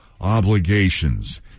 obligations